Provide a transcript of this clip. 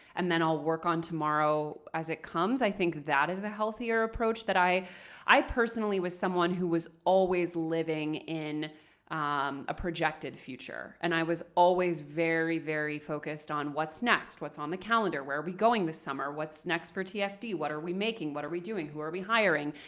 and then i'll work on tomorrow as it comes. i think that is a healthier approach, that i i personally was someone who was always living in um a projected future, and i was always very, very focused on what's next. what's on the calendar? where we going this summer? what's next for tfd? what are we making? what are we doing? who are we hiring?